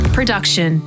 Production